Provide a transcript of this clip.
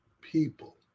people